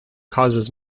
causes